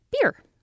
beer